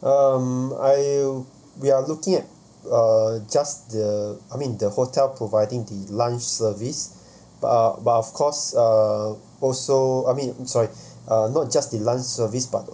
um I we are looking uh just the I mean the hotel providing the lunch service uh but of course uh also I mean sorry uh not just the lunch service but